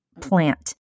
plant